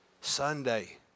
Sunday